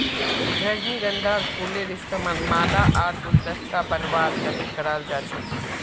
रजनीगंधार फूलेर इस्तमाल माला आर गुलदस्ता बनव्वार तने कराल जा छेक